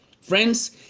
Friends